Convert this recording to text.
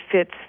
fits